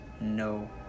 no